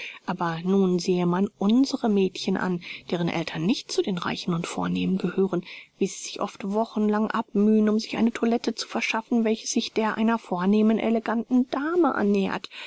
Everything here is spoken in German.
aber nun sehe man unsere mädchen an deren eltern nicht zu den reichen und vornehmen gehören wie sie sich oft wochenlang abmühen um sich eine toilette zu verschaffen welche sich der einer vornehmen eleganten dame annähert